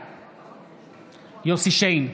בעד יוסף שיין,